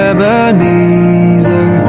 Ebenezer